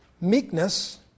meekness